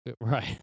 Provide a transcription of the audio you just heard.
Right